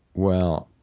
well,